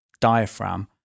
diaphragm